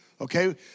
Okay